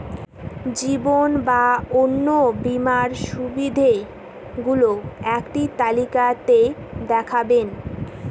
জীবন বা অন্ন বীমার সুবিধে গুলো একটি তালিকা তে দেখাবেন?